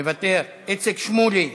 מוותר, איציק שמולי,